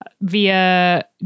Via